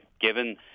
Given